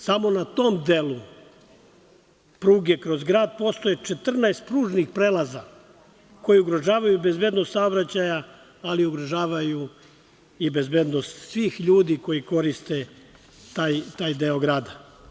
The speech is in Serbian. Samo na tom delu pruge kroz grad postoje 14 pružnih prelaza koji ugrožavaju bezbednost saobraćaja, ali ugrožavaju i bezbednost svih ljudi koji koriste taj deo grada.